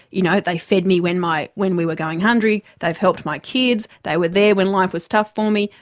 you know, they fed me when my, when we were going hungry, they've helped my kids, they were there when life was tough for me.